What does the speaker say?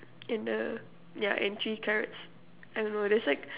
and the yeah and three carrots I don't know there's like